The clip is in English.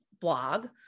blog